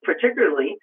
particularly